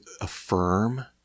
affirm